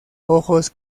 ojos